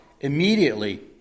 Immediately